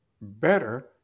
better